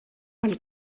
pel